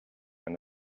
rien